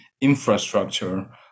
infrastructure